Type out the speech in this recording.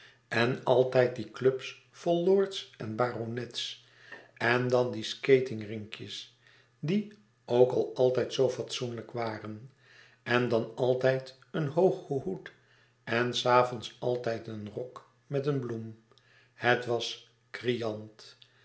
en altijd die clubs vol lords en baronets en dan die skating rinkjes die ok al altijd zoo fatsoenlijk waren en dan altijd een hooge hoed en s avonds altijd een rok met eene bloem het was criant